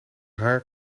haar